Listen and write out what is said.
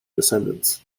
descendants